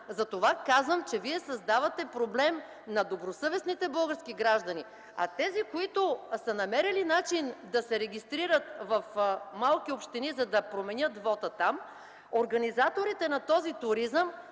Затова казвам, че вие създавате проблем на добросъвестните български граждани, а за тези, които са намерили начин да се регистрират в малки общини, за да променят вота там, организаторите на този туризъм